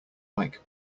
like